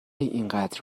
اینقدر